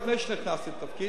זה היה לפני שנכנסתי לתפקיד,